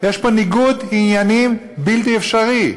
יש פה ניגוד עניינים בלתי אפשרי.